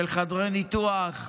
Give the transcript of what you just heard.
של חדרי ניתוח,